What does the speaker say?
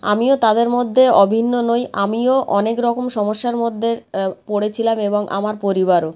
আমিও তাদের মধ্যে অভিন্ন নই আমিও অনেক রকম সমস্যার মধ্যে পড়েছিলাম এবং আমার পরিবারও